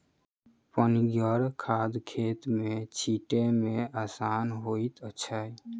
पनिगर खाद खेत मे छीटै मे आसान होइत छै